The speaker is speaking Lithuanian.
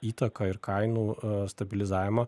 įtaką ir kainų stabilizavimą